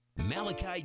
malachi